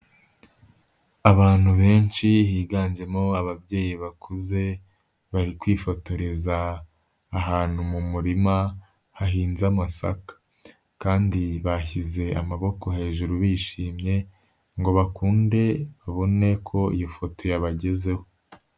Abantu benshi higanjemo ababyeyi bakuze bari kwifotoreza ahantu mu murima hahinze amasaka kandi bashyize amaboko hejuru bishimye ngo bakunde baboneko iyi foto yabagezeho.